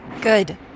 Good